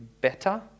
better